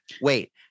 wait